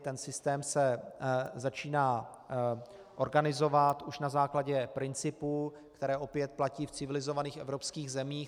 Ten systém se začíná organizovat už na základě principů, které opět platí v civilizovaných evropských zemích.